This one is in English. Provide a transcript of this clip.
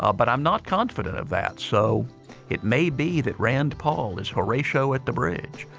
ah but i'm not confident of that. so it may be that rand paul is horatio at the bridge.